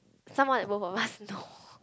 someone that both of us know